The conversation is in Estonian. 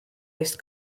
eest